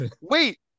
Wait